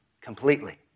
completely